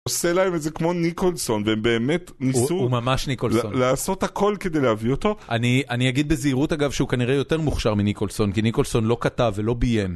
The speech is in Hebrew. עושה להם איזה כמו ניקולסון, והם באמת ניסו לעשות הכל כדי להביא אותו. אני אגיד בזהירות אגב שהוא כנראה יותר מוכשר מניקולסון, כי ניקולסון לא כתב ולא ביים.